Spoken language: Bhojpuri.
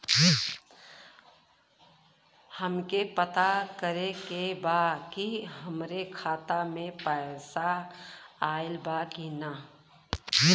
हमके पता करे के बा कि हमरे खाता में पैसा ऑइल बा कि ना?